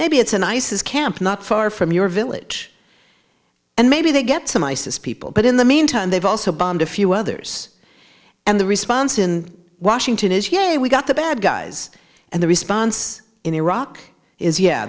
maybe it's a nice his camp not far from your village and maybe they get some isis people but in the meantime they've also bombed a few others and the response in washington is yea we got the bad guys and the response in iraq is yeah